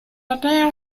andrea